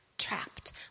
Trapped